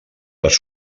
les